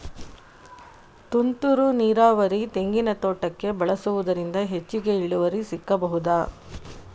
ತುಂತುರು ನೀರಾವರಿ ತೆಂಗಿನ ತೋಟಕ್ಕೆ ಬಳಸುವುದರಿಂದ ಹೆಚ್ಚಿಗೆ ಇಳುವರಿ ಸಿಕ್ಕಬಹುದ?